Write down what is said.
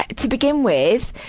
to begin with,